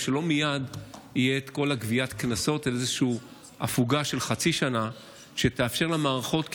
שלא מייד תהיה כל גביית הקנסות אלא הפוגה של חצי שנה שתאפשר למערכות.